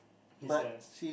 is a